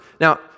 Now